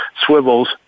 swivels